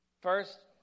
First